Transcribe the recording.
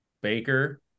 Baker